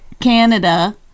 Canada